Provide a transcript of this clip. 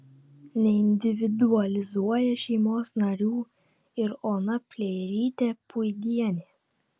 neindividualizuoja šeimos narių ir ona pleirytė puidienė